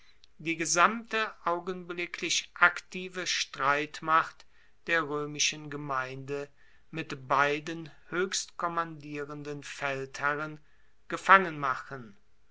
die gesamte augenblicklich aktive streitmacht der roemischen gemeinde mit beiden hoechstkommandierenden feldherren gefangen machen